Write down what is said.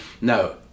No